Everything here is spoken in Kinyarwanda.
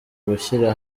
gushyira